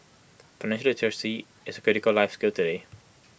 literacy is A critical life skill today